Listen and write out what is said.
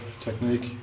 technique